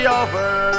over